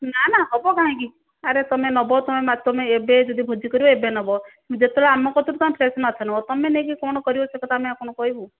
ନା ନା ହେବ କାହିଁକି ଆରେ ତୁମେ ନେବ ତୁମେ ଏବେ ଯଦି ଏବେ ଭୋଜି କରିବ ଏବେ ନେବ ଯେତେବେଳେ ଆମ କତିରୁ ତୁମେ ଫ୍ରେସ ମାଛ ନେବ ତୁମେ ନେଇକି କଣ କରିବ ସେ କଥା ଆମେ ଆଉ କଣ କହିବୁ